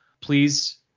please